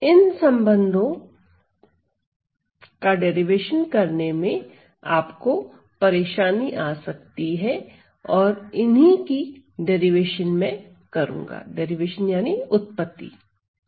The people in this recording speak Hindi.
इन संबंधों की उत्पत्ति करने में आपको परेशानी आ सकती है और इन्हीं की उत्पत्ति में करूंगा